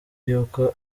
yuko